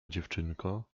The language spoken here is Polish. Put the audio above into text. dziewczynko